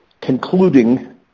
concluding